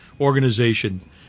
organization